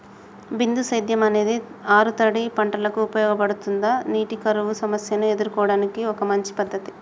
బిందు సేద్యం అనేది ఆరుతడి పంటలకు ఉపయోగపడుతుందా నీటి కరువు సమస్యను ఎదుర్కోవడానికి ఒక మంచి పద్ధతి?